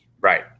Right